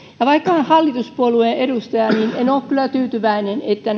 vaikka olen hallituspuolueen edustaja niin en ole kyllä tyytyväinen siihen että